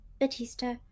Batista